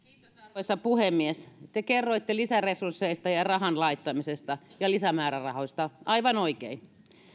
arvoisa puhemies te kerroitte lisäresursseista ja ja rahan laittamisesta ja lisämäärärahoista aivan oikein